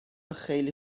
خیلی